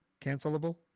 Cancelable